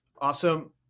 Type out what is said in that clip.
Awesome